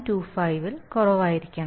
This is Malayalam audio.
25 ൽ കുറവായിരിക്കണം